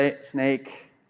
snake